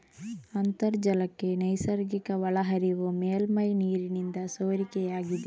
ಅಂತರ್ಜಲಕ್ಕೆ ನೈಸರ್ಗಿಕ ಒಳಹರಿವು ಮೇಲ್ಮೈ ನೀರಿನಿಂದ ಸೋರಿಕೆಯಾಗಿದೆ